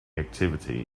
activity